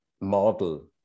model